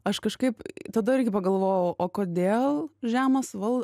aš kažkaip tada irgi pagalvojau o kodėl žemas val